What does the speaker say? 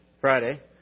Friday